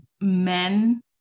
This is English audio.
men